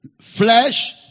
Flesh